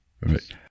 Right